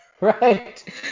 Right